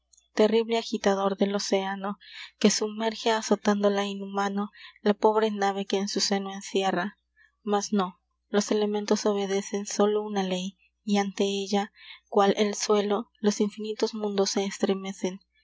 terrible agitador del occeano que sumerge azotándola inhumano la pobre nave que en su seno encierra mas nó los elementos obedecen sólo una ley y ante ella cual el suelo los infinitos mundos se estremecen